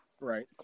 Right